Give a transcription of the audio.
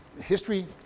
history